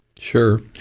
Sure